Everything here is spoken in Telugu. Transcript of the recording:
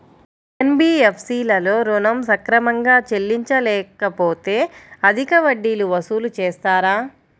ఎన్.బీ.ఎఫ్.సి లలో ఋణం సక్రమంగా చెల్లించలేకపోతె అధిక వడ్డీలు వసూలు చేస్తారా?